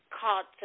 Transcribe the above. Called